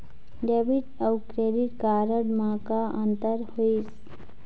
Debit अऊ credit card म का अंतर होइस?